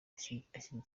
ashyigikira